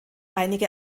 einige